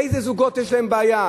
איזה זוגות יש להם בעיה?